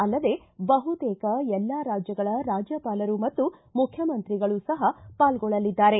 ಅಲ್ಲದೆ ಬಹುತೇಕ ಎಲ್ಲಾ ರಾಜ್ಜಗಳ ರಾಜ್ಯಪಾಲರೂ ಮತ್ತು ಮುಖ್ಯಮಂತ್ರಿಗಳೂ ಸಹ ಪಾಲ್ಗೊಳ್ಳಲಿದ್ದಾರೆ